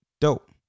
dope